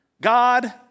God